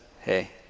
hey